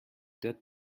that